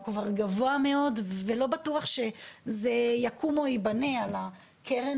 הוא כבר גבוה מאוד ולא בטוח שזה יקום או יבנה על הקרן